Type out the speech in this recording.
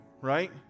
right